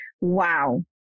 wow